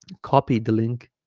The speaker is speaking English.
copy the link